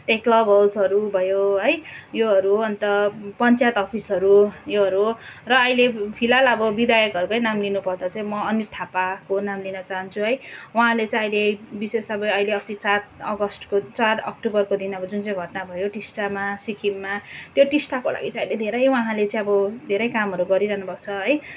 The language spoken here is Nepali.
त्यहीँको क्लब हाउसहरू भयो है योहरू अन्त पञ्चायत अफिसहरू योहरू र अहिले फिलहाल अब विधायकहरूकै नाम लिनु पर्दा चाहिँ म अनित थापाको नाम लिन चाहन्छु है उहाँले चाहिँ अहिले विशेष अब अहिले अस्ति चार अगस्तको चार अक्टोबरको दिन अब जुन चाहिँ घटना भयो टिस्टामा सिक्किममा त्यो टिस्टा खोला अहिले धेरै उहाँले चाहिँ अब धेरै कामहरू गरिरहनु भएको छ है